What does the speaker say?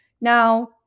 Now